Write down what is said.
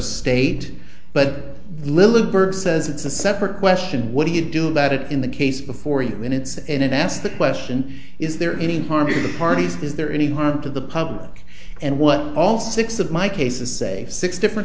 state but little bird says it's a separate question what do you do about it in the case before you and it's and that's the question is there any harm to the parties is there any harm to the public and what all six of my cases say six different